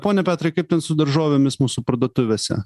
pone petrai kaip ten su daržovėmis mūsų parduotuvėse